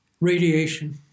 Radiation